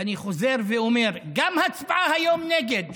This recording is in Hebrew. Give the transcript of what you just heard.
ואני חוזר ואומר: גם ההצבעה היום נגד,